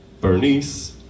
Bernice